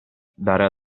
dare